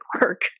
work